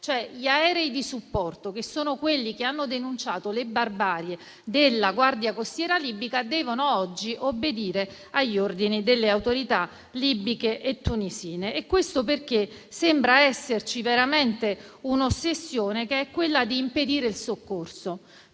gli aerei di supporto, che sono quelli che hanno denunciato le barbarie della guardia costiera libica devono oggi obbedire agli ordini delle autorità libiche e tunisine. Sembra esserci veramente l'ossessione di impedire il soccorso.